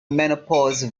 menopause